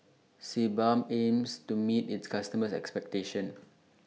Sebamed aims to meet its customers' expectations